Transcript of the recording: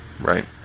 Right